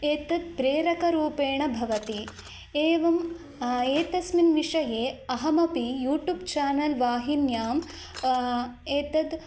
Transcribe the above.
एतत् प्रेरकरूपेण भवति एवम् एतस्मिन् विषये अहमपि यूटुब् चानल् वाहिन्याम् एतद्